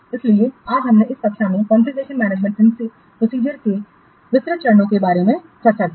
इसलिए आज हमने इस कक्षा में कॉन्फ़िगरेशन मैनेजमेंट प्रोसीजरके विस्तृत चरणों के बारे में चर्चा की है